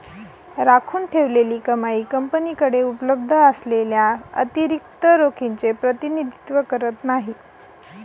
राखून ठेवलेली कमाई कंपनीकडे उपलब्ध असलेल्या अतिरिक्त रोखीचे प्रतिनिधित्व करत नाही